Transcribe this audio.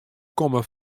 komme